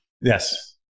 Yes